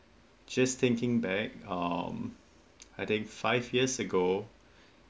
just thinking back um I think five years ago